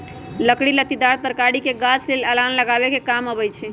लकड़ी लत्तिदार तरकारी के गाछ लेल अलान लगाबे कें काम अबई छै